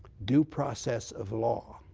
due process of law.